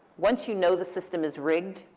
once you know the system is rigged,